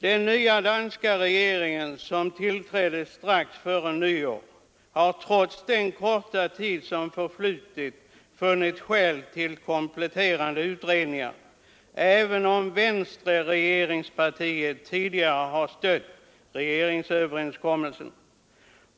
Den nya danska regeringen, som tillträdde strax före nyår, har trots den korta tid som förflutit funnit skäl till kompletterande utredningar, även om venstre — regeringspartiet — tidigare stött regeringsöverenskommelsen.